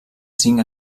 cinc